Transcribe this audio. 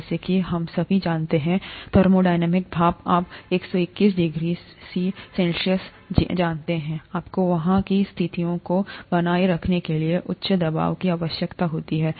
जैसा कि हम सभी जानते हैं थर्मोडायनामिक भाप आप 121 डिग्री सी जानते हैं आपको वहां की स्थितियों को बनाए रखने के लिए उच्च दबाव की आवश्यकता होती है